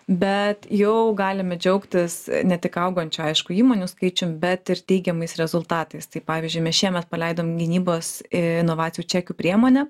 bet jau galime džiaugtis ne tik augančiu aišku įmonių skaičium bet ir teigiamais rezultatais tai pavyzdžiui mes šiemet paleidom gynybos inovacijų čekių priemonę